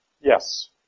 yes